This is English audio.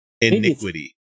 Iniquity